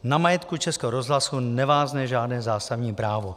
Na majetku Českého rozhlasu nevázne žádné zásadní právo.